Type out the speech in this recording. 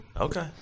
Okay